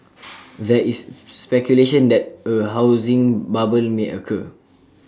there is speculation that A housing bubble may occur